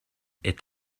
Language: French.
est